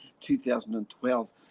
2012